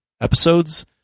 episodes